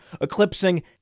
eclipsing